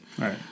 Right